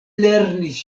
lernis